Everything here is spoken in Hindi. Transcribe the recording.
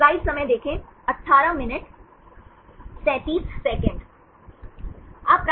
आप प्राप्त कर सकते β1 Β2हैं